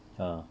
ah